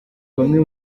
bamwe